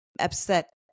Upset